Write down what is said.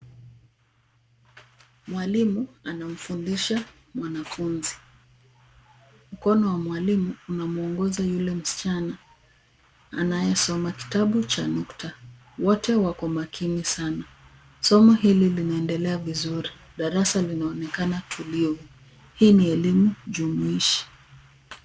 Mwalimu anamfundisha mwanafunzi. Mkono wa mwalimu unamwongoza yule msichana anayesoma kitabu cha nukta. Wote wako makini sana. Somo hili linaendelea vizuri. Darasa linaonekana tulivu. Hii ni elimu jumuishi.